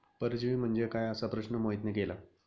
परजीवी म्हणजे काय? असा प्रश्न मोहितने केला